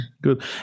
Good